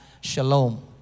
shalom